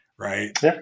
Right